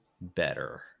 better